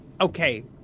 Okay